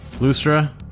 Lustra